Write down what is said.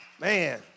Man